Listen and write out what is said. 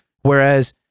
Whereas